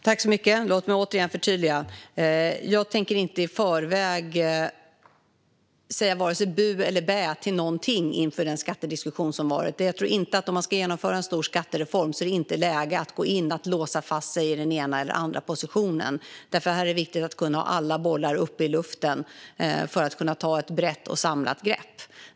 Fru talman! Låt mig återigen förtydliga att jag inte i förväg tänker säga vare sig bu eller bä till någonting i den skattediskussion som har förts. Om man ska genomföra en stor skattereform tror jag inte att det är läge att gå in och låsa fast sig i den ena eller den andra positionen. Här är det viktigt att ha alla bollar uppe i luften för att kunna ta ett brett och samlat grepp.